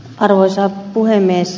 arvoisa puhemies